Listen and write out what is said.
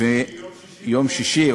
יום שישי, יום שישי.